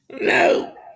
No